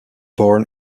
born